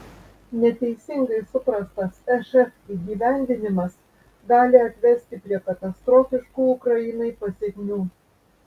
neteisingai suprastas šf įgyvendinimas gali atvesti prie katastrofiškų ukrainai pasekmių